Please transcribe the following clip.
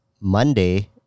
Monday